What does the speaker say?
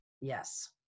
yes